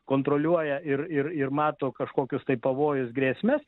kontroliuoja ir ir ir mato kažkokius tai pavojus grėsmes